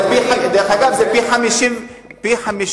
דרך אגב, זה פי-56,